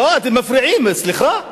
לא, אתם מפריעים, סליחה.